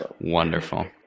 wonderful